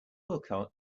uncle